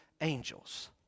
angels